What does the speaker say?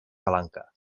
palanca